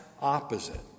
opposite